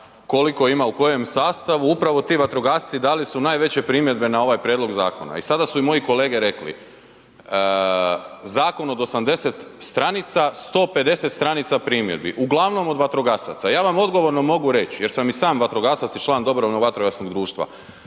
koliko ima u kojem sastavu, upravo ti vatrogasci dali su najveće primjedbe na ovaj prijedlog zakona. I sada su i moji kolege rekli, zakon od oko 80 stranica 150 stranica primjedbi, uglavnom od vatrogasaca. Ja vam odgovorno mogu reći, jer sam i sam vatrogasac i član dobrovoljnog vatrogasnog društva